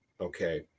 okay